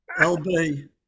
LB